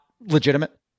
legitimate